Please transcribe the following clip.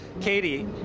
Katie